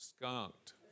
skunked